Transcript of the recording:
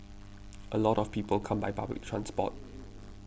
a lot of people come by public transport